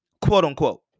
quote-unquote